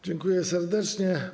Dziękuję serdecznie.